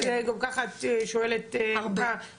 גם ככה את שואלת הרבה.